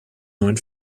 neuen